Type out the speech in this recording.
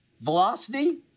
Velocity